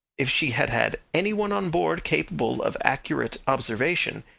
if she had had any one on board capable of accurate observation,